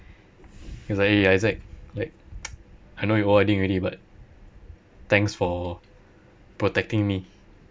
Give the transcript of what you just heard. he was like eh isaac like I know you O_R_Ding already but thanks for protecting me